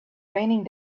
raining